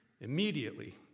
Immediately